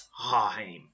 time